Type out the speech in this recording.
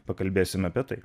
pakalbėsime apie tai